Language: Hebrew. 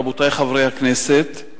רבותי חברי הכנסת,